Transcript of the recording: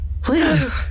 Please